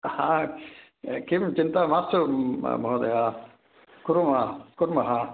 हा किं चिन्ता मास्तु महोदय कुर्मः कुर्मः